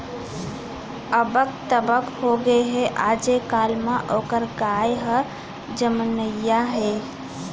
अबक तबक होगे हे, आजे काल म ओकर गाय ह जमनइया हे